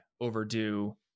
overdue